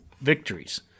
victories